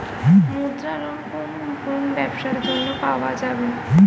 মুদ্রা লোন কোন কোন ব্যবসার জন্য পাওয়া যাবে?